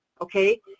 okay